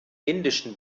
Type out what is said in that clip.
indischen